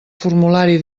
formulari